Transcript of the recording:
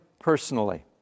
personally